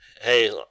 hey